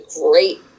great